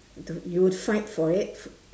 do you would fight for it